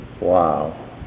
Wow